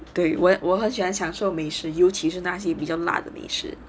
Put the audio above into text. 对我我很喜欢享受美食尤其是那些比较辣的美食